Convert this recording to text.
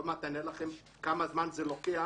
עוד מעט אני אראה לכם כמה זמן זה לוקח